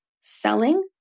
selling